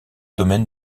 domaine